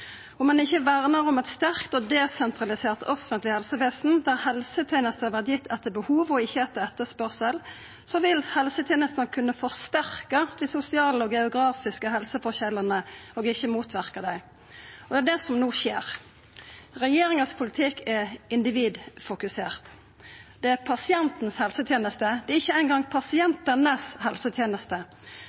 Om ein ikkje vernar om eit sterkt og desentralisert offentleg helsevesen der helsetenester vert gitt etter behov og ikkje etter etterspørsel, vil helsetenestene kunna forsterka dei sosiale og geografiske helseforskjellane og ikkje motverka dei. Det er det som no skjer. Regjeringas politikk er individfokusert. Det er pasientens helseteneste. Det er ikkje eingong pasientanes helseteneste.